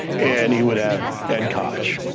and he would have ed koch,